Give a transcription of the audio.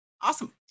awesome